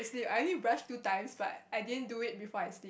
sleep I only brush two times but I didn't do it before I